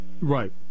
right